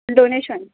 donation